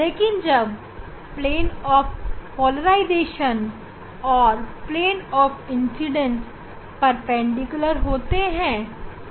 लेकिन जब पोलराइजेशन और इंसिडेंट के प्लेन परपेंडिकुलर होते हैं तब सिगमा पोलराइजेशन बोलते हैं